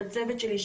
של הצוות שלי,